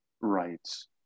rights